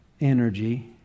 energy